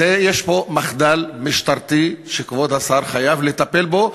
יש פה מחדל משטרתי שכבוד השר חייב לטפל בו,